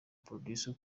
producer